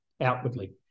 outwardly